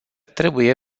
trebuie